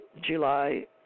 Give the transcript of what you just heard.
July